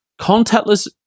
Contactless